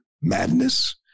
madness